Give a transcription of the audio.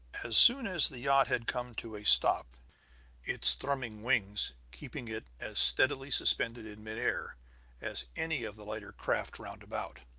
as soon as the yacht had come to a stop its thrumming wings keeping it as steadily suspended in mid air as any of the lighter craft roundabout,